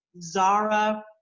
Zara